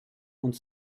und